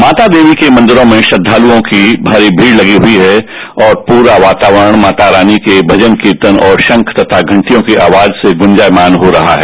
माता देवी के मंदिरों में श्रद्वालुओं की भीड़ लगी हुई है और पूरा वातावरण माता रानी के भजन कीर्तन और शंख तथा घटियां की आवाज से गुंजायमान हो रहा है